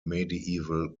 medieval